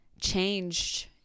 changed